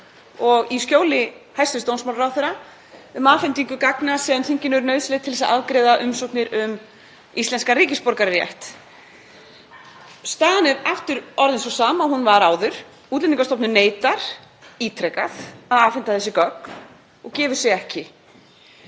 í skjóli hæstv. dómsmálaráðherra, um afhendingu gagna sem þinginu eru nauðsynleg til að afgreiða umsóknir um íslenskan ríkisborgararétt. Staðan er aftur orðin sú sama og hún var áður; Útlendingastofnun neitar ítrekað að afhenda þessi gögn og gefur sig ekki.